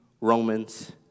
Romans